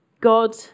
God